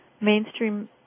mainstream